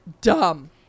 dumb